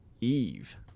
eve